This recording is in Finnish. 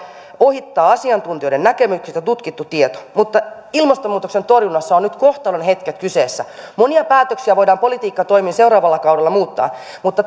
ohittaa asiantuntijoiden näkemykset ja tutkittu tieto mutta ilmastonmuutoksen torjunnassa ovat nyt kohtalonhetket kyseessä monia päätöksiä voidaan politiikkatoimin seuraavalla kaudella muuttaa mutta